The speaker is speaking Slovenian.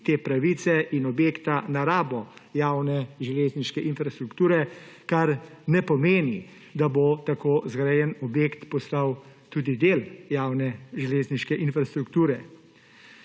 te pravice in objekta na rabo javne železniške infrastrukture, kar ne pomeni, da bo tako zgrajeni objekt postal tudi del javne železniške infrastrukture.